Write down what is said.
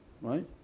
right